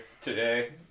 today